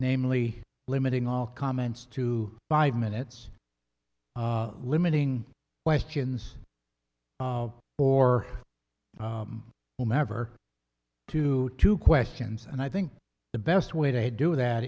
namely limiting all comments to five minutes limiting questions or whomever to two questions and i think the best way to do that